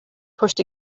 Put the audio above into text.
pushed